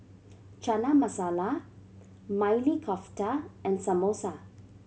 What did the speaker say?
Chana Masala Maili Kofta and Samosa